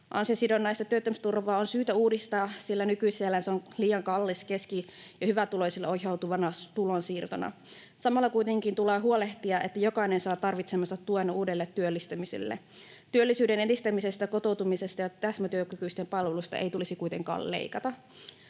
Ansiosidonnaista työttömyysturvaa on syytä uudistaa, sillä nykyisellään se on liian kallis keski- ja hyvätuloisille ohjautuvana tulonsiirtona. Samalla kuitenkin tulee huolehtia, että jokainen saa tarvitsemansa tuen uudelle työllistymiselle. Työllisyyden edistämisestä, kotoutumisesta ja täsmätyökykyisten palveluista ei tulisi kuitenkaan leikata.